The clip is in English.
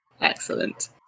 Excellent